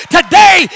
Today